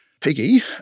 Piggy